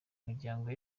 miryango